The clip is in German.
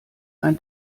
ein